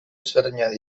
ezberdinak